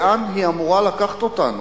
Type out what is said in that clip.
לאן היא אמורה לקחת אותנו,